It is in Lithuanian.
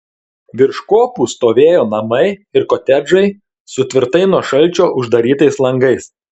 virš kopų stovėjo namai ir kotedžai su tvirtai nuo šalčio uždarytais langais